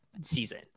season